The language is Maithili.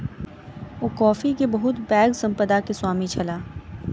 ओ कॉफ़ी के बहुत पैघ संपदा के स्वामी छलाह